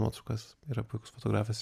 nuotraukas yra puikus fotografas